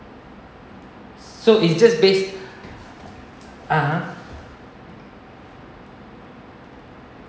so it's just based (uh huh)